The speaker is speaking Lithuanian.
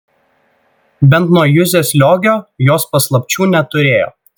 bent nuo juzės liogio jos paslapčių neturėjo